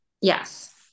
Yes